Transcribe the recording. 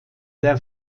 der